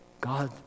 God